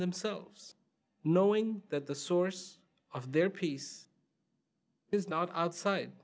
themselves knowing that the source of their peace is not outside